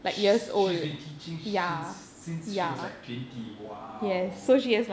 she she's been teaching since since she was like twenty !wow!